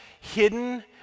hidden